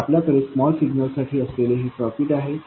तर आपल्याकडे small signal साठी असलेले हे सर्किट आहे